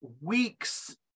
weeks